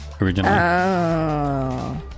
originally